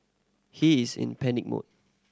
he is in panic mode